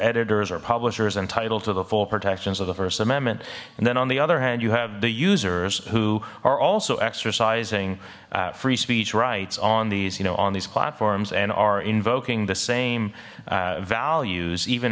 editors or publishers entitled to the full protections of the first amendment and then on the other hand you have the users who are also exercising free speech rights on these you know on these platforms and are invoking the same values even